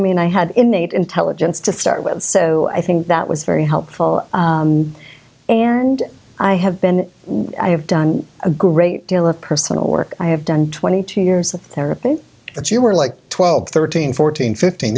mean i had innate intelligence to start with so i think that was very helpful and i have been i have done a great deal of personal work i have done twenty two years of therapy but you were like twelve thirteen fourteen fifteen